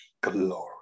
glory